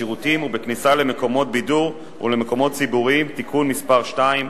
בשירותים ובכניסה למקומות בידור ולמקומות ציבוריים (תיקון מס' 2),